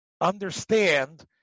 understand